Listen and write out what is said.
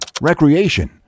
recreation